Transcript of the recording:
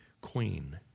queen